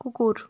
কুকুর